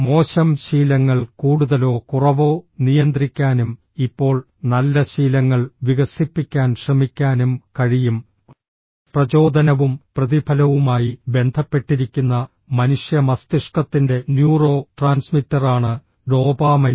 മോശം ശീലങ്ങൾ കൂടുതലോ കുറവോ നിയന്ത്രിക്കാനും ഇപ്പോൾ നല്ല ശീലങ്ങൾ വികസിപ്പിക്കാൻ ശ്രമിക്കാനും കഴിയും പ്രചോദനവും പ്രതിഫലവുമായി ബന്ധപ്പെട്ടിരിക്കുന്ന മനുഷ്യ മസ്തിഷ്കത്തിന്റെ ന്യൂറോ ട്രാൻസ്മിറ്ററാണ് ഡോപാമൈൻ